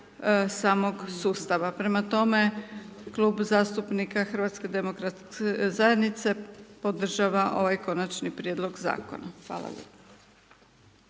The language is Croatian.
samog sustava. Prema tome, Klub zastupnika HDZ-a podržava ovaj konačni prijedlog zakona. Hvala